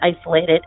isolated